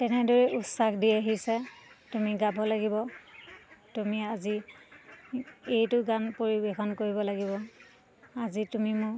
তেনেদৰে উৎসাহ দি আহিছে তুমি গাব লাগিব তুমি আজি এইটো গান পৰিৱেশন কৰিব লাগিব আজি তুমি মোক